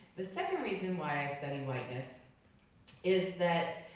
the second reason why i study whiteness is that,